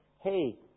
hey